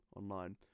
online